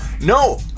No